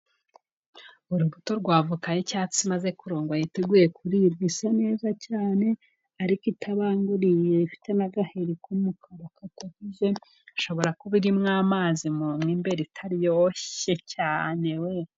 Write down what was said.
Urubuto rwa voka y'icyatsi imaze kurongwa yiteguye kuribwa isa neza cyane, ariko itabanguriye, ifite n'agaheri k'umukara kadakuze, ishobora kuba iririmo amazi mo imbere itaryoshye cyane we!